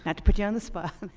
and to put you on the spot.